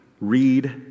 read